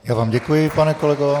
Já vám děkuji, pane kolego.